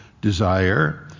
desire